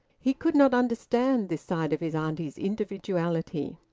he could not understand this side of his auntie's individuality.